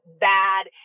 bad